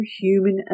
human